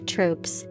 Troops